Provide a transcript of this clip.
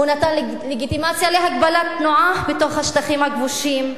הוא נתן לגיטימציה להגבלת תנועה בתוך השטחים הכבושים,